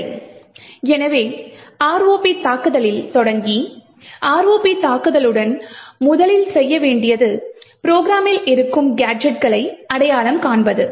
சரி எனவே ROP தாக்குதலில் தொடங்கி ROP தாக்குதலுடன் முதலில் செய்ய வேண்டியது ப்ரொக்ராமில் இருக்கும் கேஜெட்களை அடையாளம் காண்பது